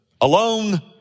alone